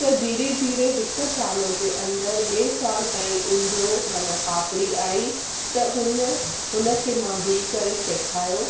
त धीरे धीरे हिक साल जे अंदरु ॿिए सालु ताईं उंदियू माना पापड़ी आई त हुन हुनखे मां बिहु करे सेखारियो